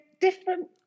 different